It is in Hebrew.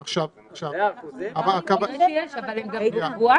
אנחנו מטפלים בזה בדיון מקביל.